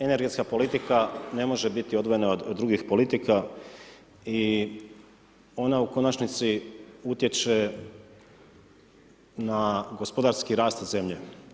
Energetska politika ne može biti odvojena od drugih politika i ona u konačnosti utječe na gospodarski rast zemlje.